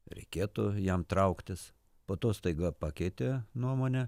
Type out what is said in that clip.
reikėtų jam trauktis po to staiga pakeitė nuomonę